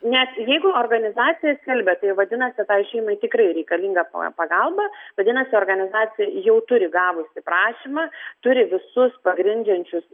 nes jeigu organizacija skelbia tai vadinasi tai šeimai tikrai reikalinga pagalba vadinasi organizacija jau turi gavusi prašymą turi visus pagrindžiančius